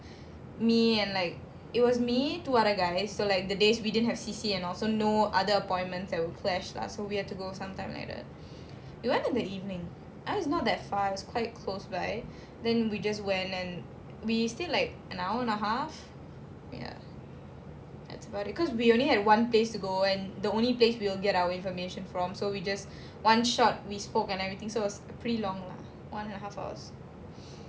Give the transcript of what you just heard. me and like it was me two other guys so like the days we didn't have C_C_A and all so no other appointments and flash lah so we went in the evening and it's not that far it's quite close by then we just went and we stay like an hour and a half ya that's about it because we only had one place to go and the only place we will get our information from so we just one shot we spoke and everything so was pretty long lah one and a half hours